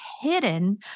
hidden